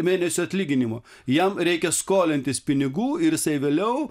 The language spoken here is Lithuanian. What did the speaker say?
mėnesio atlyginimo jam reikia skolintis pinigų ir jisai vėliau